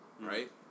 right